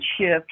shift